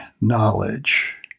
knowledge